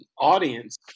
audience